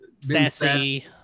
Sassy